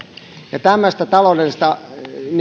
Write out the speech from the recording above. tämmöistä taloudellista